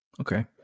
Okay